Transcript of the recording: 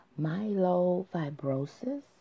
myelofibrosis